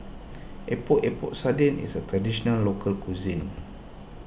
Epok Epok Sardin is a Traditional Local Cuisine